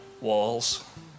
walls